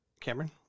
Cameron